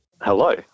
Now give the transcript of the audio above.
Hello